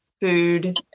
food